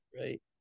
right